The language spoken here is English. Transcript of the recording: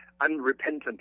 unrepentant